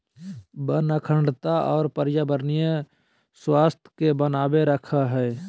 वन अखंडता और पर्यावरणीय स्वास्थ्य के बनाए रखैय हइ